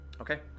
okay